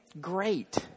Great